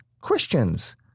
Christians